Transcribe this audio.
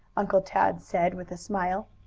uncle tad said, with a smile.